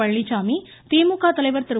பழனிச்சாமி திமுக தலைவர் திரு